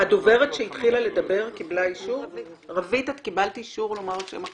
היא קיבלה אישור להגיד את השם של